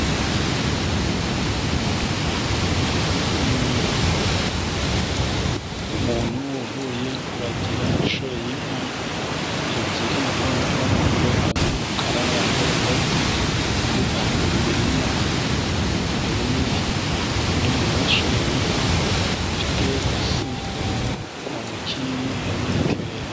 Umuntu uvuye kuragira ashoreye inka ebyiri ,wambaye umupira w'umuhondo ,ipantaro y'umukara, wambaye bote ageze ahantu mu mirima ,imbere ye hari undi muntu ushoreye inka ufite ibasi mu ntoki hari n'ibiti birebire.